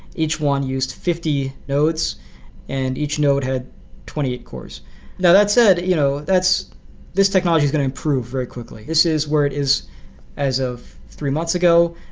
each one used fifty nodes and each node had twenty eight course that said, you know this technology is going to improve very quickly. this is where it is as of three months ago,